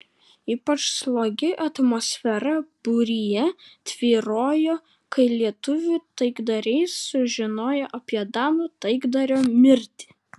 ypač slogi atmosfera būryje tvyrojo kai lietuvių taikdariai sužinojo apie danų taikdario mirtį